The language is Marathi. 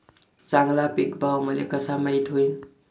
चांगला पीक भाव मले कसा माइत होईन?